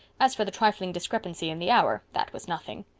as for the trifling discrepancy in the hour, that was nothing.